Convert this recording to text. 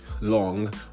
long